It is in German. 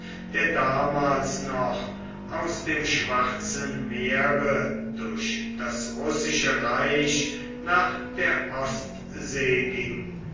der damals noch aus dem schwarzen meere durch das russische reich nach der ostsee ging